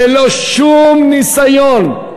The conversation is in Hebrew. ללא שום ניסיון,